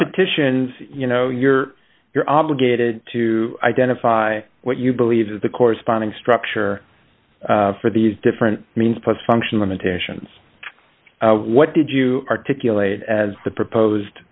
petitions you know you're you're obligated to identify what you believe the corresponding structure for these different means pose function limitations what did you articulate as the proposed